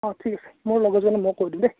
অ ঠিক আছে মোৰ লগৰ কেইজনক মই কৈ দিম দেই